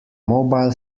mobile